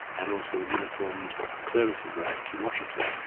and also with uniformed services lab in washington.